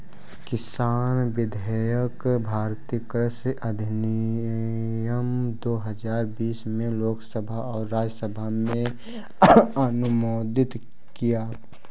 किसान विधेयक भारतीय कृषि अधिनियम दो हजार बीस में लोकसभा और राज्यसभा में अनुमोदित किया